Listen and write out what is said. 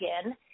again